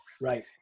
Right